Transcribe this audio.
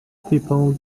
people